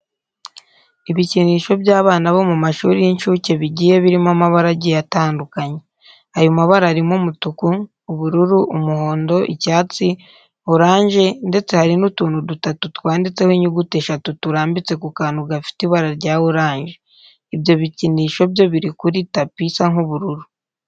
Ibikinisho by'abana bo mu mashuri y'inshuke bigiye birimo amabara agiye atandukanye. Ayo mabara arimo umutuku, ubururu, umuhondo, icyatsi, oranje ndetse hari n'utuntu dutatu twanditseho inyuguti eshatu turambitse ku kantu gafite ibara rya oranje. Ibyo bikinisho byo biri kuri tapi isa nk'ubururu.